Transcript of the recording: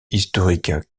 historique